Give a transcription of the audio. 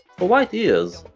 for white ears,